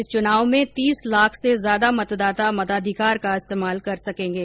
इस चुनाव में तीस लाख से ज्यादा मतदाता मताधिकार का इस्तेमाल कर सकेंगे